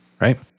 Right